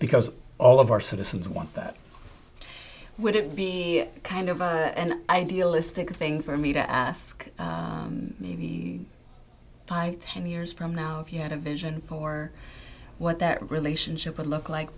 because all of our citizens want that wouldn't be kind of an idealistic thing for me to ask maybe five ten years from now if you had a vision for what that relationship would look like